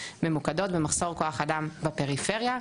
ממוקדות במחסור כוח אדם בפריפריה.